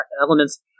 elements